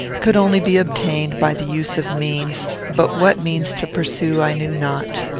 could only be obtained by the use of means, but what means to pursue i knew not.